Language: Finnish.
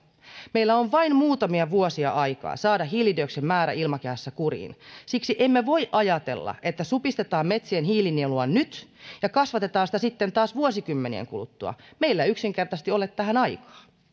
meillä on vain muutamia vuosia aikaa saada hiilidioksidin määrä ilmakehässä kuriin siksi emme voi ajatella että supistetaan metsien hiilinielua nyt ja kasvatetaan sitä sitten taas vuosikymmenien kuluttua meillä ei yksinkertaisesti ole tähän aikaa